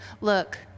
look